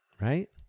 Right